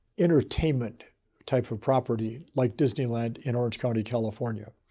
entertainment type of property like disneyland in orange county, california.